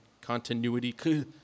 continuity